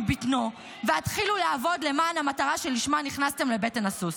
רדו מבטנו והתחילו לעבוד למען המטרה שלשמה נכנסתם לבטן הסוס.